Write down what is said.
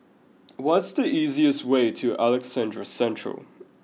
what's the easiest way to Alexandra Central